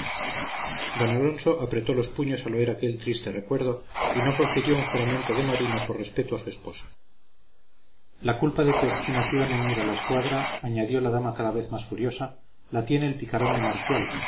d alonso apretó los puños al oír aquel triste recuerdo y no profirió un juramento de marino por respeto a su esposa la culpa de tu obstinación en ir a la escuadra añadió la dama cada vez más furiosa la tiene el picarón de marcial